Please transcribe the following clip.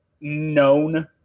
known